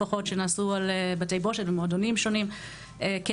לפחות שנעשו על בתי בושת ומועדונים שונים כן